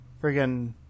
Friggin